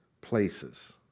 places